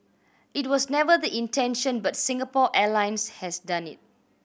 it was never the intention but Singapore Airlines has done it